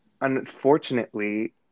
unfortunately